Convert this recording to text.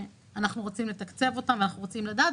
אנחנו רוצים לתקצב אותם ואנחנו רוצים לדעת,